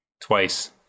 twice